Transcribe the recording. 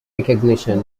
recognition